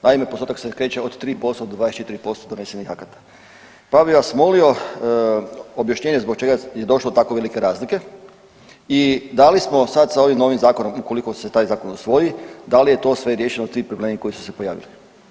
Naime, postotak se kreće od 3% do 24% donesenih akata pa bi vas molio objašnjenje zbog čega je došlo do tako velike razlike i da li smo sad sa ovim novim Zakonom, ukoliko se taj zakon usvoji, da li je to sve riješeno, svi problemi koji su se pojavili?